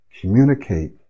communicate